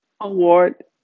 Award